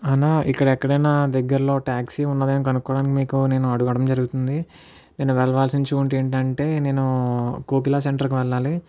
అన్నా ఇక్కడ ఎక్కడైనా దగ్గరలో టాక్సీ ఉన్నదేమో కనుకోవడానికి మీకు నేను అడగడం జరుగుతుంది నేను వెళ్ళవల్సిన చోటు ఏంటంటే నేను కోకిల సెంటరుకి వెళ్ళాలి